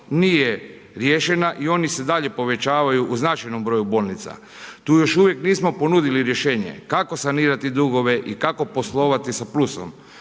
nije riješena i oni se dalje povećavaju u značajnom broju bolnica. Tu još uvijek nismo ponudili rješenje kako sanirati dugove i kako poslovati sa plusom.